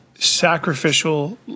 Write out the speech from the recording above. sacrificial